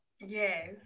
Yes